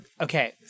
okay